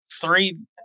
three